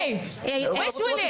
היי, אל תדבר.